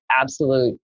absolute